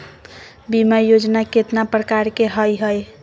बीमा योजना केतना प्रकार के हई हई?